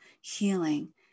healing